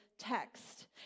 Text